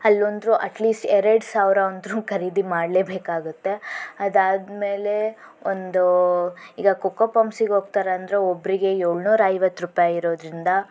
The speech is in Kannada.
ಅಲ್ಲಂತೂ ಅಟ್ ಲೀಸ್ಟ್ ಎರಡು ಸಾವಿರ ಅಂತೂ ಖರೀದಿ ಮಾಡಲೇಬೇಕಾಗತ್ತೆ ಅದಾದಮೇಲೆ ಒಂದು ಈಗ ಕೊಕ್ಕೋ ಪಾಮ್ಸಿಗೆ ಹೋಗ್ತಾರೆ ಅಂದರೆ ಒಬ್ಬರಿಗೆ ಏಳುನೂರ ಐವತ್ತು ರೂಪಾಯಿ ಇರೋದ್ರಿಂದ